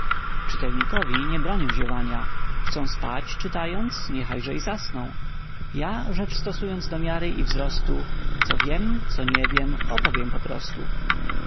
czytelnikowi nie bronię ziewania chcą spać czytając niechajże i zasną ja rzecz stosując do miary i wzrostu co wiem co nie wiem opowiem po